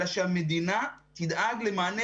אלא שהמדינה תדאג למענה,